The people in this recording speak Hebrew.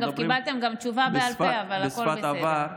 קיבלתם גם תשובה בעל פה, אבל הכול בסדר.